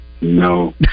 No